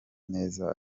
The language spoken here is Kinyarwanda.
neza